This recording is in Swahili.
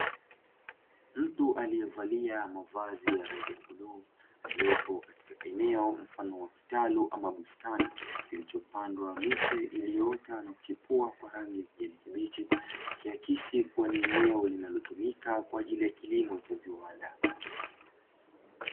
Mtu aliyevalia mavazi ya rangi ya buluu yaliyopo katika eneo mfano wa kitalu, ama bustani kilichopandwa miche iliyoota na kuchipua kwa rangi ya kijani kibichi ikiakisi kuwa ni eneo linalotumika kwa ajili ya kilimo cha viwanda.